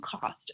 cost